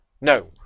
No